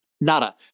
nada